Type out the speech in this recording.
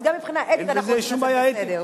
אז גם מבחינה אתית אנחנו רוצים לעשות בסדר.